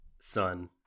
son